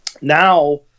now